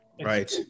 right